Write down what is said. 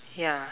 ya